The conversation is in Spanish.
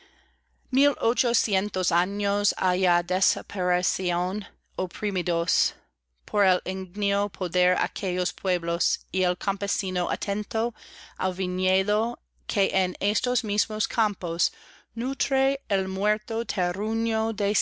mil ochocientos años ha ya desparecieron oprimidos por el ígneo poder aquellos pueblos y el campesino atento al viñedo que en estos mismos campos nutre el muerto